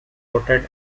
quoted